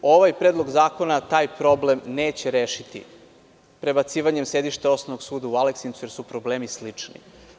Ovaj predlog zakona taj problem neće rešiti, prebacivanje sedišta Osnovnog suda u Aleksincu, jer su problemi slični.